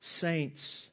saints